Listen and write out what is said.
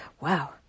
wow